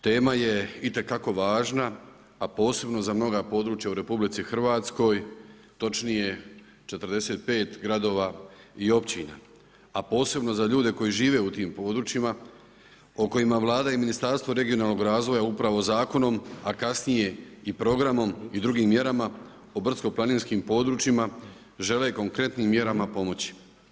Tema je itekako važna, a posebno za mnoga područja u RH, točnije 45 gradova i općina, a posebno za ljude koji žive u tim područjima, o kojima Vlada i Ministarstvo regionalnog razvoja upravo Zakonom, a kasnije i programom i drugim mjerama o brdsko-planinskim područjima žele konkretnim mjerama pomoći.